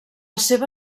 seva